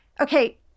okay